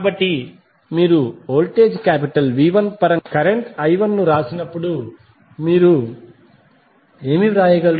కాబట్టి మీరు వోల్టేజ్ V1పరంగా కరెంట్ I1 ను వ్రాసినప్పుడు మీరు ఏమి వ్రాయగలరు